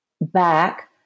back